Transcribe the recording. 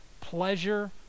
pleasure